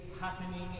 happening